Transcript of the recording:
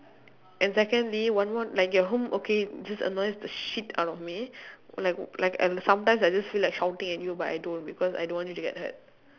and secondly one more like your home okay it just annoys the shit out of me like like I sometimes I just feel like shouting at you but I don't because I don't want you to get hurt